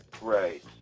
Right